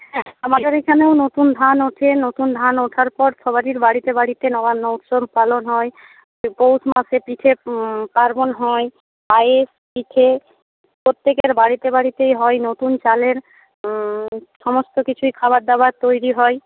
হ্যাঁ আমাদের এখানেও নতুন ধান ওঠে নতুন ধান ওঠার পর সবারির বাড়িতে বাড়িতে নবান্নর উৎসব পালন হয় পৌষ মাসে পিঠে পার্বণ হয় পায়েস পিঠে প্রত্যেকের বাড়িতে বাড়িতেই হয় নতুন চালের সমস্ত কিছুই খাবার দাবার তৈরি হয়